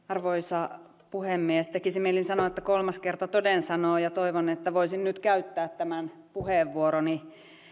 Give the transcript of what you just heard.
arvoisa puhemies tekisi mieli sanoa että kolmas kerta toden sanoo ja toivon että voisin nyt käyttää tämän puheenvuoroni